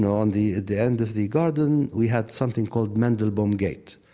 on the the end of the garden, we had something called mandelbaum gate.